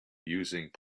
using